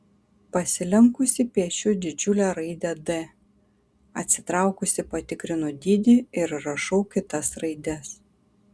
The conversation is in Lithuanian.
pasilenkusi piešiu didžiulę raidę d atsitraukusi patikrinu dydį ir rašau kitas raides